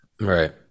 Right